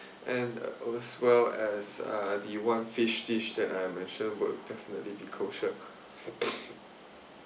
and as well as uh the one fish dish that I mentioned would definitely be kosher